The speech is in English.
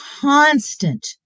constant